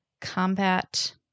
combat